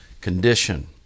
condition